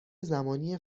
زمانی